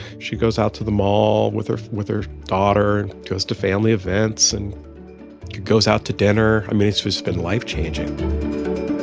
she goes out to the mall with her with her daughter, goes to family events and goes out to dinner. i mean, it's just been life-changing